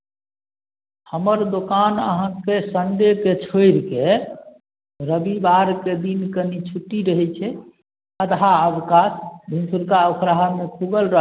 हमर दोकान अहाँके संडेकेँ छोड़ि कऽ रविबारके दिन कनि छुट्टी रहै छै आधा अवकाश भिनसुरका उखराहामे खुगल रहै